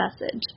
message